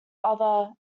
other